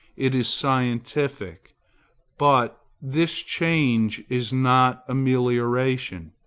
it is scientific but this change is not amelioration.